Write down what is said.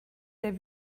der